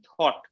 thought